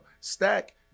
stack